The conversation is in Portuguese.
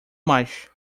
mais